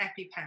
EpiPen